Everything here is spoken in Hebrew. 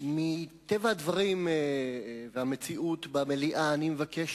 מטבע הדברים והמציאות במליאה אני מבקש